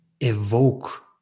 evoke